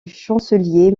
chancelier